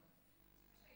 כשהייתי שרה.